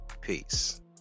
peace